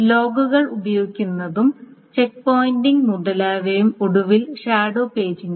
ലോഗുകൾ ഉപയോഗിക്കുന്നതും check pointing മുതലായവയും ഒടുവിൽ ഷാഡോ പേജിംഗും